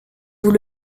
vous